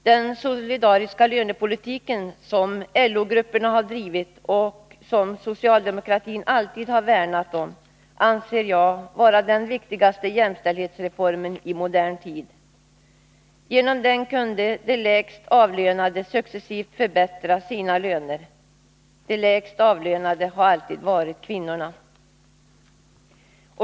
Den solidariska lönepolitiken, som LO-grupperna har drivit och som socialdemokratin alltid har värnat om, anser jag vara den viktigaste jämställdhetsreformen i modern tid. Genom den kunde de lägst avlönade successivt förbättra sina löner. De lägst avlönade har alltid varit kvinnorna.